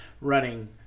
running